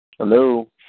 Hello